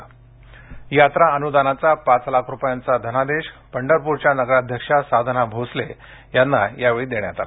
तसेच यात्रा आनुदानाचा पाच लाख रुपयांचा धनादेश पंढरप्रच्या नगराध्यक्षा साधना भोसले यांना देण्यात आला